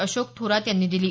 अशोक थोरात यांनी दिली